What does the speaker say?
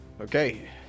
Okay